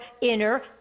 inner